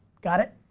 got it?